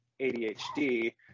ADHD